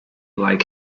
lake